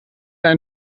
ein